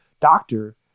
doctor